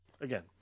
again